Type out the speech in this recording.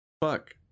fuck